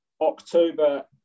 October